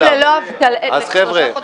חבר'ה,